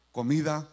comida